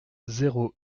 zéro